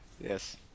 yes